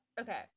Okay